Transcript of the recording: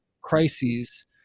crises